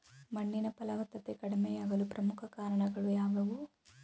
ಮಣ್ಣಿನ ಫಲವತ್ತತೆ ಕಡಿಮೆಯಾಗಲು ಪ್ರಮುಖ ಕಾರಣಗಳು ಯಾವುವು?